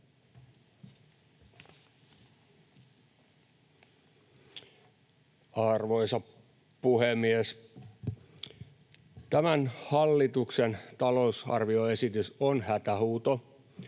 Arvoisa puhemies! Tämän hallituksen talousarvioesitys on hätähuuto,